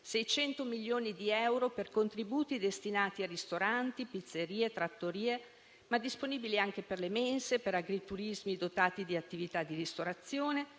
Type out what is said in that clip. Si reintroduce la possibilità per i contribuenti di devolvere il 2 per mille delle proprie tasse, in sede di dichiarazione dei redditi, a favore di un'associazione culturale.